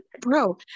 bro